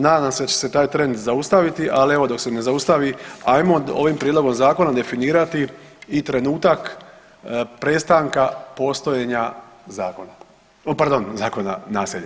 Nadam se da će se taj trend zaustaviti, ali evo dok se ne zaustavi ajmo ovim prijedlogom zakona definirati i trenutak prestanka postojanja zakona, pardon zakona, naselja.